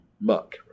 muck